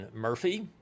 Murphy